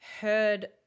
heard